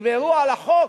יגברו על החוק,